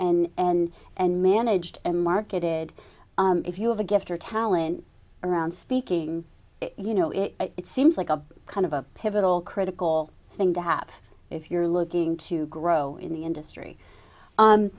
and and and managed and marketed if you have a gift or talent around speaking you know it seems like a kind of a pivotal critical thing to have if you're looking to grow in the industry